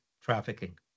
trafficking